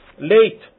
late